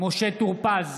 משה טור פז,